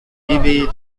ivy